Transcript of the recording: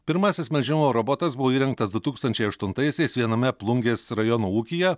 pirmasis melžimo robotas buvo įrengtas du tūkstančiai aštuntaisiais viename plungės rajono ūkyje